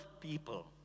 people